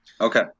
Okay